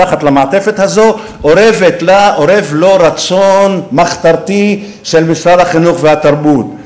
מתחת למעטפת הזאת אורב לו רצון מחתרתי של משרד החינוך והתרבות.